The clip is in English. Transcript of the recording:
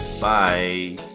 Bye